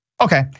Okay